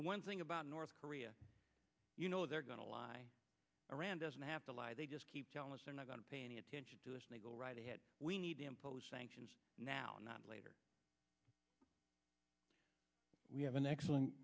the one thing about north korea you know they're going to lie iran doesn't have to lie they just keep telling us they're not going to pay any attention to us may go right ahead we need to impose sanctions now not later we have an